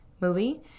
movie